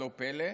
לא פלא.